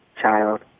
child